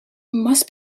must